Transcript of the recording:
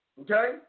Okay